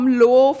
low